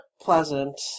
pleasant